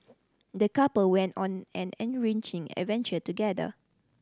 the couple went on an enriching adventure together